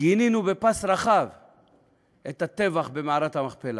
גינינו בפס רחב את הטבח במערת המכפלה.